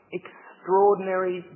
extraordinary